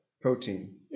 protein